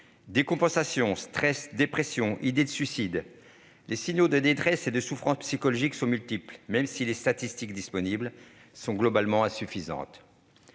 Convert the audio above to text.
Décompensation, stress, dépression, idées de suicide ... les signaux de détresse et de souffrance psychologique sont multiples, même si les statistiques disponibles sont globalement insuffisantes.